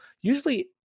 usually